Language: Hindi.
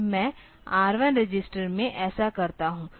अब मैं आर 1 रजिस्टर में ऐसा करता हूं